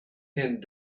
and